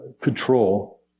control